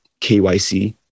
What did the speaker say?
KYC